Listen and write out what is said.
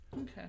okay